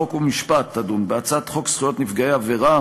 חוק ומשפט תדון בהצעת חוק זכויות נפגעי עבירה